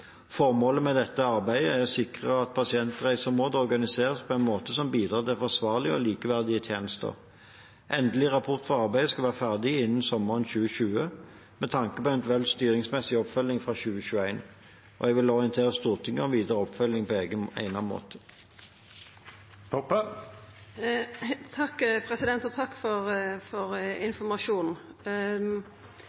Formålet med dette arbeidet er å sikre at pasientreiseområdet organiseres på en måte som bidrar til forsvarlige og likeverdige tjenester. Endelig rapport fra arbeidet skal være ferdig innen sommeren 2020, med tanke på eventuell styringsmessig oppfølging fra 2021. Jeg vil orientere Stortinget om videre oppfølging på egnet måte. Takk for informasjonen. Til dette med ny lov om yrkestransport og